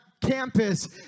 campus